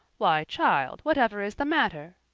why, child, whatever is the matter?